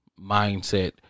mindset